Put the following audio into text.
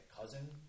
cousin